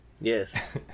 Yes